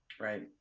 right